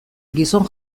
gizon